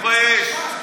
מתבייש.